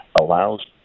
allows